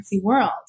world